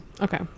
okay